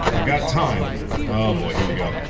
i got time oh boy, here we go.